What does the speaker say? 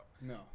No